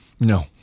No